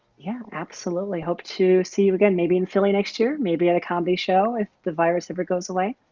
yeah absolutely hope to see you again, maybe in philly next year, maybe at a comedy show if the virus ever goes away.